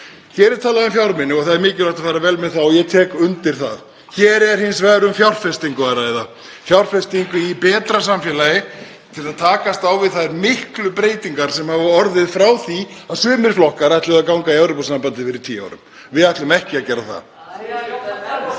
Hér er talað um fjármuni og það er mikilvægt að fara vel með þá og ég tek undir það. Hér er hins vegar um fjárfestingu að ræða, fjárfestingu í betra samfélagi til að takast á við þær miklu breytingar sem hafa orðið frá því að sumir flokkar ætluðu að ganga í Evrópusambandið fyrir tíu árum. Við ætlum ekki að gera það.